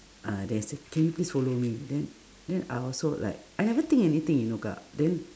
uh then I say can you please follow me then then I also like I never think anything you know kak then